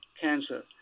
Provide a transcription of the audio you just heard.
cancer